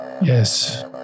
Yes